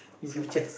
in future